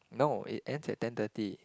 no it ends at ten thirty